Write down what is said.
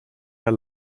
der